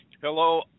hello